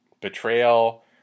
betrayal